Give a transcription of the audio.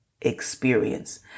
experience